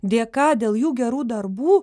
dėka dėl jų gerų darbų